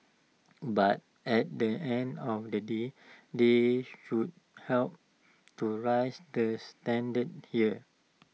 but at the end of the day they should help to raise the standards here